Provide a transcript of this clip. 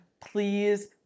please